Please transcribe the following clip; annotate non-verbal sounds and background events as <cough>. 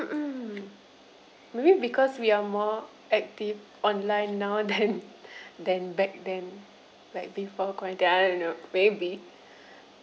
um maybe because we are more active online now than <laughs> than back then like before quarantine I don't know maybe